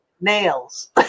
Nails